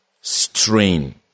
strain